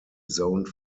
zoned